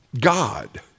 God